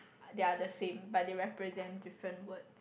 they are the same but they represent different words